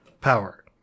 power